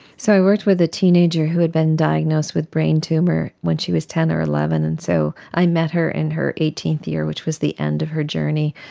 so i worked with a teenager who had been diagnosed with a brain tumour when she was ten or eleven, and so i met her in her eighteenth year, which was the end of her journey.